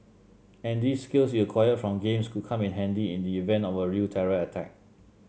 and these skills you acquired from games could come in handy in the event of a real terror attack